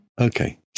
Okay